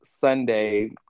sunday